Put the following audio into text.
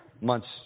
months